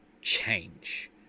change